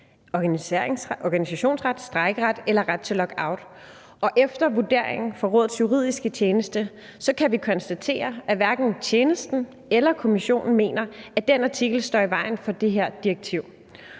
organisationsret, strejkeret eller ret til lockout, og efter vurderingen fra Rådets juridiske tjeneste kan vi konstatere, at hverken tjenesten eller Kommissionen mener, at den artikel står i vejen for det her direktiv.